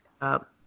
up